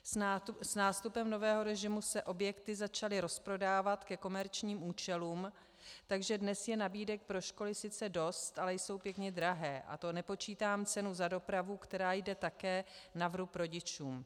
S nástupem nového režimu se objekty začaly rozprodávat ke komerčním účelům, takže dnes je nabídek pro školy sice dost, ale jsou pěkně drahé, a to nepočítám cenu za dopravu, která jde také na vrub rodičům.